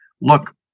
look